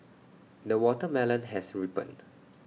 the watermelon has ripened